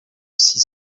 six